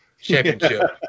championship